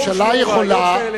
לא הושמעו ראיות כאלה,